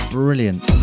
brilliant